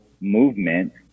movement